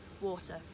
water